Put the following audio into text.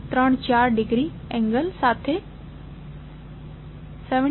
34 degree angle સાથે 79